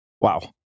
Wow